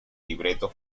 libreto